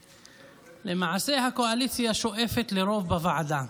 למעשה, הקואליציה שואפת לרוב בוועדה,